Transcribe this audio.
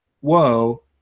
whoa